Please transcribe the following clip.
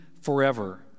forever